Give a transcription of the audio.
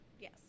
yes